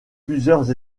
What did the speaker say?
plusieurs